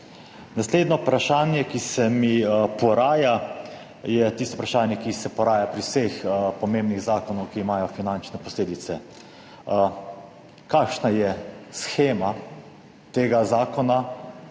Naslednje vprašanje, ki se mi poraja, je tisto vprašanje, ki se poraja pri vseh pomembnih zakonih, ki imajo finančne posledice. Kakšna je shema tega zakona,